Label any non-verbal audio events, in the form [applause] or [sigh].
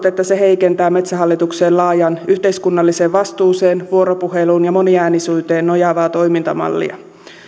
[unintelligible] että se heikentää metsähallituksen laajaan yhteiskunnalliseen vastuuseen vuoropuheluun ja moniäänisyyteen nojaavaa toimintamallia